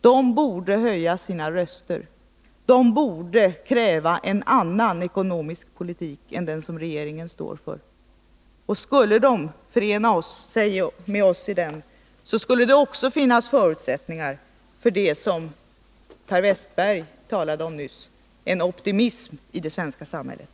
De borde höja sina röster och kräva en annan ekonomisk politik än den som regeringen står för. Skulle de förena sig med oss i det kravet, skulle det också finnas förutsättningar för det som Olle Wästberg nyss talade om — en optimism i det svenska samhället.